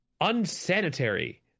unsanitary